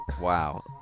Wow